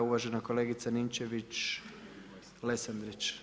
Uvažena kolegica Ninčević-Lesandrić.